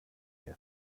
ihr